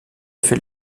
fait